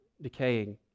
decaying